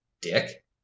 Dick